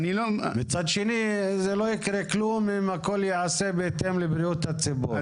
מצד שני זה לא ייקרה כלום אם הכול ייעשה בהתאם לבריאות הציבור.